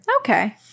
Okay